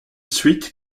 suite